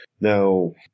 Now